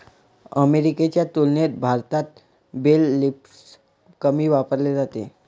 अमेरिकेच्या तुलनेत भारतात बेल लिफ्टर्स कमी वापरले जातात